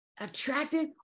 attractive